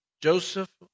Joseph